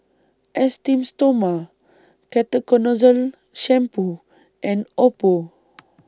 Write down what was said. Esteem Stoma Ketoconazole Shampoo and Oppo